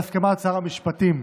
בהסכמת שר המשפטים.